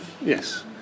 Yes